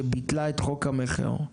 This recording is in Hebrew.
שביטלה את חוק המכר.